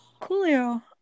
Coolio